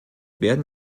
werden